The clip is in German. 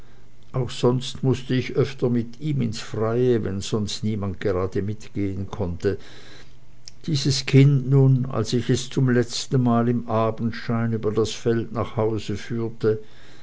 auch sonst mußte ich öfter mit ihm ins freie wenn sonst niemand gerade mitgehen konnte dieses kind nun als ich es zum letzten mal im abendschein über das feld nach hause führte